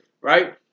Right